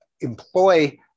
employ